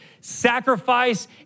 sacrifice